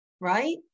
right